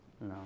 No